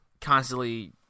constantly